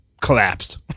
collapsed